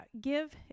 Give